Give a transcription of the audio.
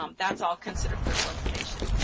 um that's all considered personal information.